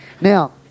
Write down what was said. Now